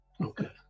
Okay